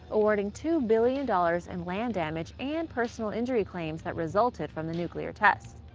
awarding two billion dollars in land damage and personal injury claims that resulted from the nuclear tests.